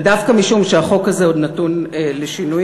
ודווקא משום שהחוק הזה עוד נתון לשינויים,